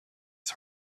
his